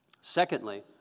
Secondly